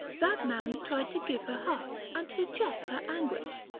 that man tried to give her heart and to check her anguish.